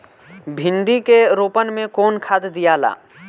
भिंदी के रोपन मे कौन खाद दियाला?